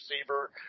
receiver